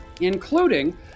including